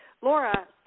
Laura